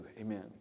Amen